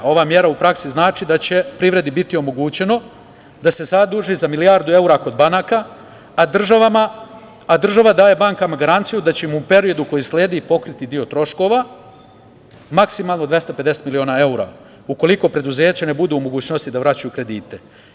Ova mera u praksi znači da će privredi biti omogućeno da se zaduži za milijardu evra kod banaka, a država daje bankama garanciju da će im u periodu koji sledi pokriti deo troškova, maksimalno 250 miliona evra, ukoliko preduzeća ne budu u mogućnosti da vraćaju kredite.